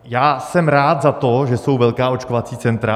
Já jsem rád za to, že jsou velká očkovací centra.